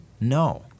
No